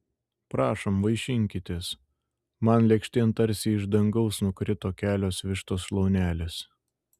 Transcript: prašom vaišinkitės man lėkštėn tarsi iš dangaus nukrito kelios vištos šlaunelės